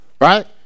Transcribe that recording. Right